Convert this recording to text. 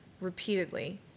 repeatedly